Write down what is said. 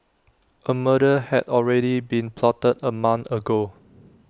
A murder had already been plotted A month ago